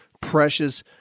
precious